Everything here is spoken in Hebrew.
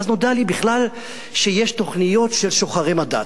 ואז נודע לי בכלל שיש תוכניות של שוחרי מדע,